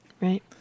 Right